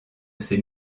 ces